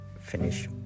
finish